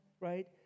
right